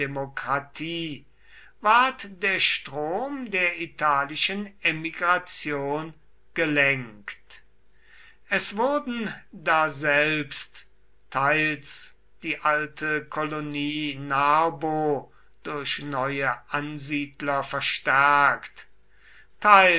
demokratie ward der strom der italischen emigration gelenkt es wurden daselbst teils die alte kolonie narbo durch neue ansiedler verstärkt